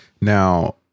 Now